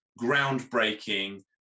groundbreaking